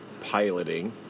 piloting